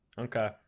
Okay